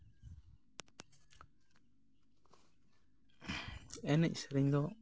ᱮᱱᱮᱡ ᱥᱮᱨᱮᱧ ᱫᱚ